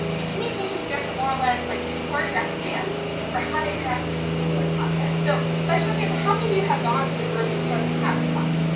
and communication scripts are more or less like this choreographic dance for how to interact in a particular context. so, by a show of hands, how many of you have gone to the grocery store in the past month?